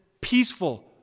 peaceful